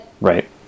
Right